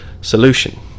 solution